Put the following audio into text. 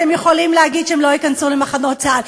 אתם יכולים להגיד שהם לא ייכנסו למחנות צה"ל,